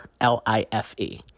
L-I-F-E